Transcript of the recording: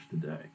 today